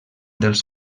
dels